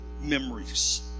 memories